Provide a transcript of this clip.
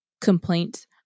complaint